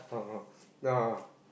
(uh huh) ah